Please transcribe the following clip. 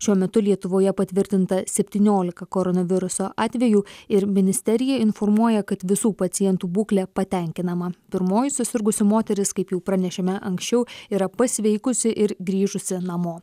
šiuo metu lietuvoje patvirtinta septyniolika koronaviruso atvejų ir ministerija informuoja kad visų pacientų būklė patenkinama pirmoji susirgusi moteris kaip jau pranešėme anksčiau yra pasveikusi ir grįžusi namo